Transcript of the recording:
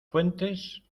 fuentes